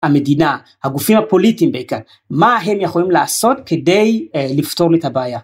המדינה הגופים הפוליטיים בעיקר/ מה הם יכולים לעשות כדי לפתור לי את הבעיה